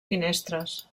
finestres